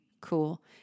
cool